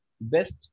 best